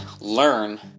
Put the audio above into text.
learn